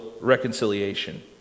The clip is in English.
reconciliation